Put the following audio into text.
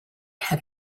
have